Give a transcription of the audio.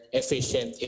efficient